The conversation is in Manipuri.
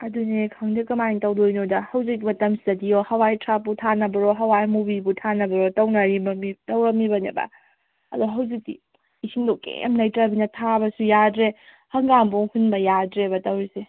ꯑꯗꯨꯅꯦ ꯈꯪꯗꯦ ꯀꯃꯥꯏꯅ ꯇꯧꯗꯣꯏꯅꯣꯗ ꯍꯧꯖꯤꯛ ꯃꯇꯝꯁꯤꯗꯤꯑꯣ ꯍꯋꯥꯏꯊ꯭ꯔꯥꯛꯄꯨ ꯊꯥꯅꯕꯑꯣ ꯍꯋꯥꯏꯃꯨꯕꯤ ꯊꯥꯅꯕꯑꯣ ꯇꯧꯅꯔꯤꯕ ꯃꯤ ꯇꯧꯔꯝꯃꯤꯕꯅꯦꯕ ꯑꯗꯣ ꯍꯧꯖꯤꯛꯇꯤ ꯏꯁꯤꯡꯗꯣ ꯀꯔꯤꯝ ꯂꯩꯇ꯭ꯔꯃꯤꯅ ꯊꯥꯕꯁꯨ ꯌꯥꯗ꯭ꯔꯦ ꯍꯪꯒꯥꯝꯕꯣꯛ ꯍꯨꯟꯕ ꯌꯥꯗ꯭ꯔꯦꯕ ꯇꯧꯔꯤꯁꯦ